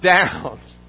down